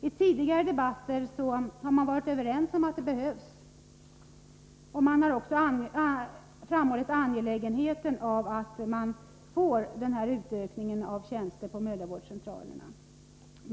I tidigare debatter har vi varit överens om detta behov, och vi har också framhållit angelägenheten av att få detta tillskott av tjänster på mödravårdscentralerna.